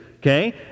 Okay